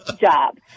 job